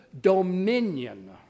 dominion